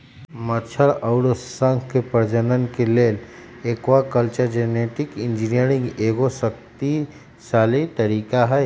मछर अउर शंख के प्रजनन के लेल एक्वाकल्चर जेनेटिक इंजीनियरिंग एगो शक्तिशाली तरीका हई